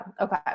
Okay